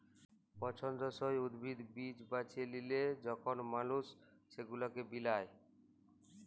পছল্দসই উদ্ভিদ, বীজ বাছে লিয়ে যখল মালুস সেগুলাকে মিলায়